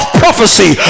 prophecy